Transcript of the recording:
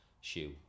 shoe